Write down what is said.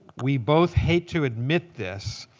we both hate to admit this,